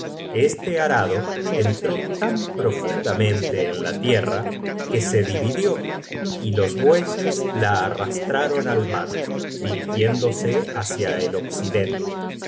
este arado entró tan profundamente en la tierra que se dividió y los bueyes la arrastraron al mar dirigiéndose hácia el occidente